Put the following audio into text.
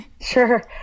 Sure